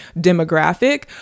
demographic